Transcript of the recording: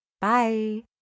Bye